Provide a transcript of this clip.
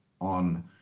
on